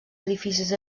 edificis